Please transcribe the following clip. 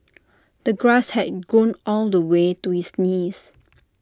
the grass had grown all the way to his knees